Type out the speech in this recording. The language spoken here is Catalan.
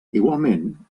igualment